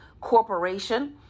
corporation